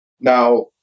Now